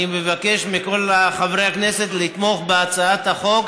אני מבקש מכל חברי הכנסת לתמוך בהצעת החוק.